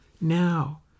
now